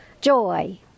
joy